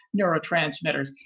neurotransmitters